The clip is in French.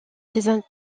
ses